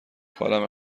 حالمه